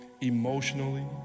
emotionally